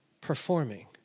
performing